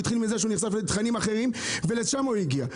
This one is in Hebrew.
ונחשף לתכנים אחרים ולשם הוא הגיע.